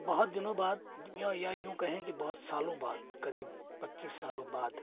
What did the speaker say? बहुत दिनों बाद या या यूं कहे कि बहुत सालों बाद करीब पच्चीस सालों बाद